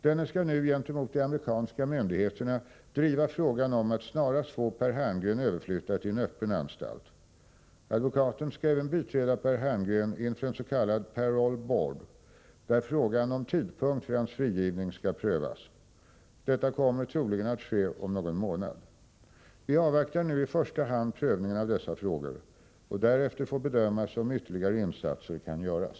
Denne skall nu gentemot de amerikanska myndigheterna driva frågan om att snarast få Per Herngren överflyttad till en öppen anstalt. Advokaten skall även biträda Per Herngren inför en s.k. Parole Board, där frågan om tidpunkt för hans frigivning skall prövas. Detta kommer troligen att ske om någon månad. 19 bistå viss svensk medborgare som undergår fängelsestraffi USA Vi avvaktar nu i första hand prövningen av dessa frågor. Därefter får bedömas om ytterligare insatser kan göras.